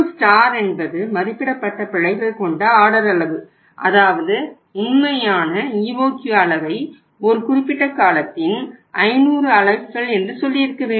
Q என்பது மதிப்பிடப்பட்ட பிழைகள் கொண்ட ஆர்டர் அளவு அதாவது உண்மையான EOQ அளவை ஒரு குறிப்பிட்ட காலத்தின் 500 அலகுகள் என்று சொல்லியிருக்க வேண்டும்